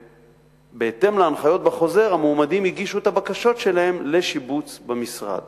ובהתאם להנחיות בחוזר הגישו המועמדים את הבקשות שלהם לשיבוץ במשרד.